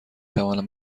توانم